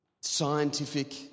scientific